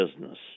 business